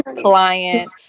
client